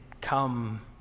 come